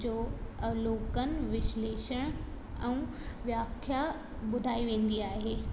जो अलोकन विशलेशण ऐं व्याख्या ॿुधाई वेंदी आहे